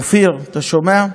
אופיר, אתה שומע?